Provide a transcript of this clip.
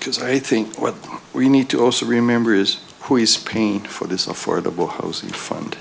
because i think what we need to also remember is who is spain for this affordable housing fund